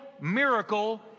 miracle